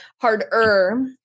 harder